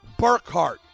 Burkhart